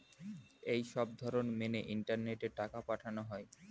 এই সবধরণ মেনে ইন্টারনেটে টাকা পাঠানো হয়